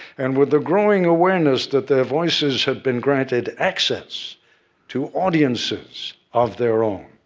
and, with the growing awareness that their voices had been granted access to audiences of their own,